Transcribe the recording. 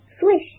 swish